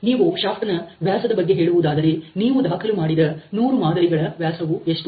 ನೀವು ಶಾಪ್ಟ ನ ವ್ಯಾಸದ ಬಗ್ಗೆ ಹೇಳುವುದಾದರೆ ನೀವು ದಾಖಲು ಮಾಡಿದ ನೂರು ಮಾದರಿಗಳ ವ್ಯಾಸವು ಎಷ್ಟು